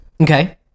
Okay